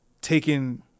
taking